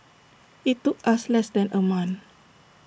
IT took us less than A month